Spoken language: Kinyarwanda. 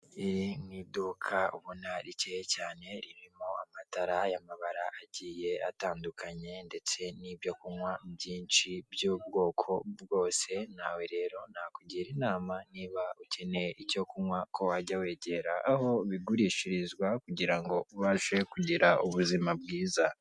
Iri ni iduka ubona rikeye cyane ririmo amatara y'amabara agiye atandukanye ndetse n'ibyo kunywa byinshi by'ubwoko bwose nawe rero, nakugira inama niba ukeneye icyo kunywa ko wajya wegera aho bigurishirizwa kugira ngo ubashe kugira ubuzima bwiza.